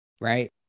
Right